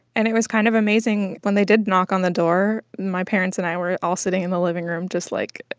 and it was kind of amazing. when they did knock on the door, my parents and i were all sitting in the living room just like,